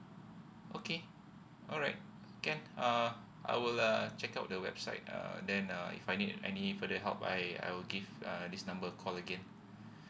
okay alright can uh I will uh check out the website uh then uh if I need any further help I I will give uh this number a call again